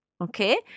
Okay